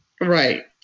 Right